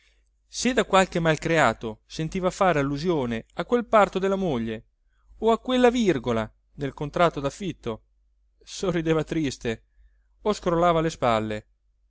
se da qualche malcreato sentiva fare allusione a quel parto della moglie o a quella virgola nel contratto daffitto sorrideva triste o scrollava le spalle